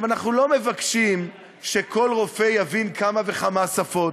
אנחנו לא מבקשים שכל רופא יבין כמה וכמה שפות,